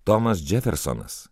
tomas džefersonas